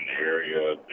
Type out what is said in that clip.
area